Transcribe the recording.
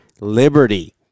Liberty